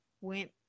went